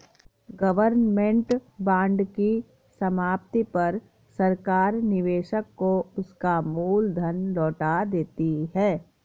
government bond की समाप्ति पर सरकार निवेशक को उसका मूल धन लौटा देती है